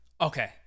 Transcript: Okay